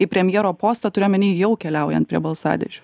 į premjero postą turiu omeny jau keliaujant prie balsadėžių